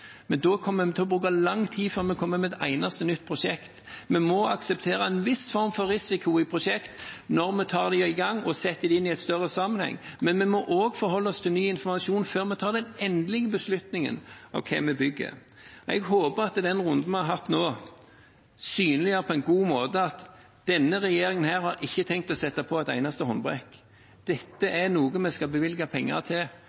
men da kommer vi til å bruke lang tid før vi kommer med et eneste nytt prosjekt. Vi må akseptere en viss form for risiko i prosjekter når vi går i gang med dem og setter dem inn i en større sammenheng. Men vi må også forholde oss til ny informasjon før vi tar den endelige beslutningen om hva vi bygger. Jeg håper den runden vi har hatt nå, synliggjør på en god måte at denne regjeringen ikke har tenkt å sette på et eneste håndbrekk. Dette er noe vi skal bevilge penger til,